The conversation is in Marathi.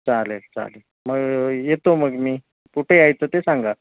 चालेल चालेल मग येतो मग मी कुठे यायचं ते सांगा